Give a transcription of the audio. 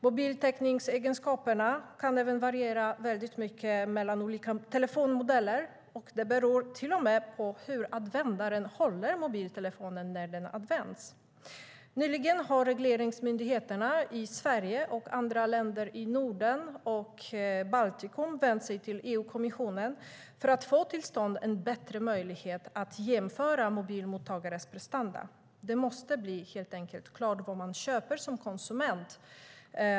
Mobiltäckningsegenskaperna kan även variera mycket mellan olika telefonmodeller och till och med på hur användaren håller mobiltelefonen när den används. Nyligen har regleringsmyndigheterna i Sverige och andra länder i Norden och Baltikum vänt sig till EU-kommissionen för att få till stånd en bättre möjlighet att jämföra mobilmottagares prestanda. Det måste helt enkelt bli klart vad man köper som konsument.